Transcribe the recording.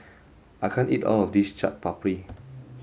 I can't eat all of this Chaat Papri